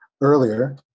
earlier